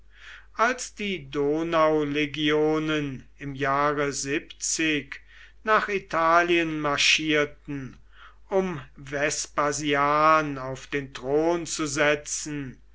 als die donaulegionen im jahre nach italien marschierten um vespasian auf den thron zu setzen